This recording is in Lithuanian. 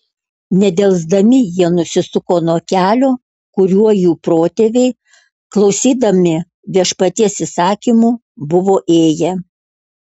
nedelsdami jie nusisuko nuo kelio kuriuo jų protėviai klausydami viešpaties įsakymų buvo ėję